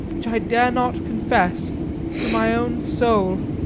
which i dare not confess to my own soul.